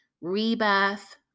rebirth